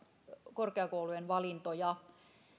korkeakoulujen valintoja